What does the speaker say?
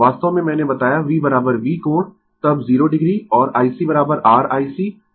वास्तव में मैंने बताया V V कोण तब 0 o और IC r IC कोण 90 o